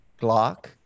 Glock